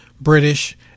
British